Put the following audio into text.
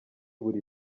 buri